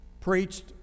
preached